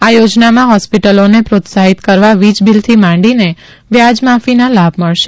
આ યોજનામાં હોસ્પિટલોને પ્રોત્સાહિત કરવા વીજબીલથી માંડીને વ્યાજમાફીના લાભ મળશે